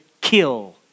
kill